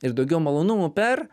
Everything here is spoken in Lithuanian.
ir daugiau malonumų per